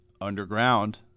underground